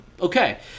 Okay